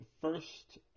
first